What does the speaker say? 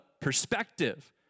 perspective